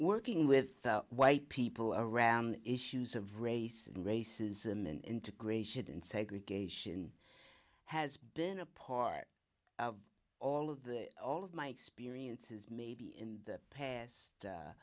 working with white people around issues of race and racism and integration and segregation has been a part of all of the all of my experiences maybe in the past